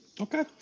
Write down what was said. okay